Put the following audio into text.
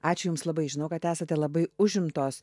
ačiū jums labai žinau kad esate labai užimtos